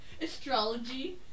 astrology